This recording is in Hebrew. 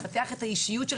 לפתח את האישיות.